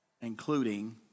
including